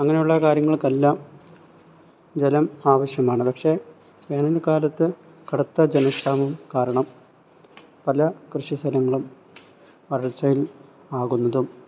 അങ്ങനെയുള്ള കാര്യങ്ങൾക്കെല്ലാം ജലം ആവശ്യമാണ് പക്ഷേ വേനൽകാലത്ത് കടുത്ത ജലക്ഷാമം കാരണം പല കൃഷി സ്ഥലങ്ങളും വളർച്ചയിൽ ആകുന്നതും